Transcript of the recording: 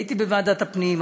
הייתי בוועדת הפנים,